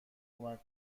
کمک